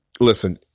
listen